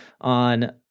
on